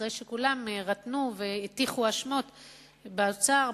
אחרי שכולם רטנו והטיחו האשמות באוצר,